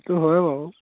সেইটো হয় বাৰু